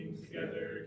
together